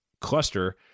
cluster